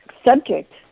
subject